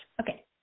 Okay